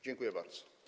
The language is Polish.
Dziękuję bardzo.